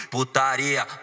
Putaria